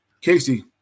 Casey